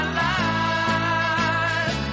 life